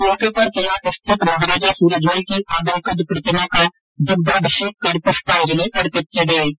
इस मौके पर किला स्थित महाराजा सूरजमल की आदमकद प्रतिमा का दुग्धाभिषेक कर पुष्पाजंलि अर्पित की गई